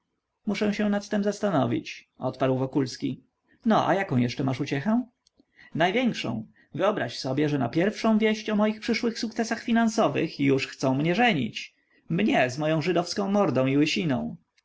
muszę się nad tem zastanowić odparł wokulski no a jaką jeszcze masz uciechę największą wyobraź sobie że na pierwszą wieść o moich przyszłych sukcesach finansowych już chcą mnie żenić mnie z moją żydowską mordą